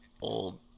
old